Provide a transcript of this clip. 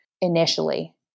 initially